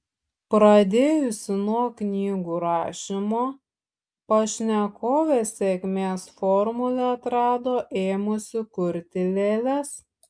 pradėjusi nuo knygų rašymo pašnekovė sėkmės formulę atrado ėmusi kurti lėles